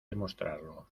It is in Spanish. demostrarlo